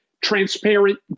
transparent